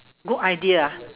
good idea ah